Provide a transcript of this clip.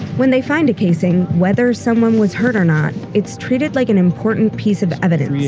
when they find a casing, whether someone was hurt or not, it's treated like an important piece of evidence.